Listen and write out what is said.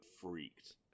freaked